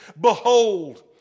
Behold